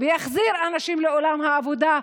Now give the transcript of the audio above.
ויחזיר אנשים לעולם העבודה,